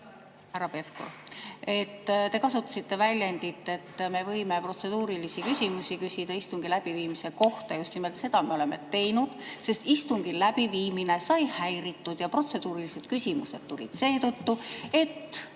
Pevkur, te kasutasite väljendit, et me võime protseduurilisi küsimusi küsida istungi läbiviimise kohta. Just nimelt seda me oleme teinud, sest istungil läbiviimine sai häiritud ja protseduurilised küsimused tulid seetõttu, et